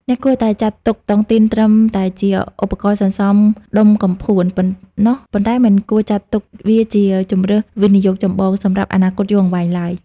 អ្នកគួរតែចាត់ទុកតុងទីនត្រឹមតែជា "ឧបករណ៍សន្សំដុំកំភួន" ប៉ុណ្ណោះ ប៉ុន្តែមិនគួរចាត់ទុកវាជា "ជម្រើសវិនិយោគចម្បង" សម្រាប់អនាគតយូរអង្វែងឡើយ។